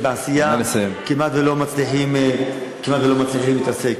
ובעשייה כמעט לא מצליחים להתעסק.